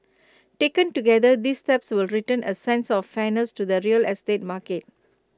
taken together these steps will return A sense of fairness to the real estate market